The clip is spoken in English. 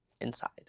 Inside